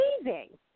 amazing